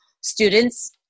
Students